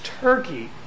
Turkey